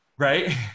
right